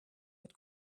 had